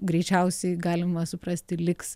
greičiausiai galima suprasti liks